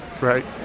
right